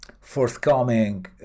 forthcoming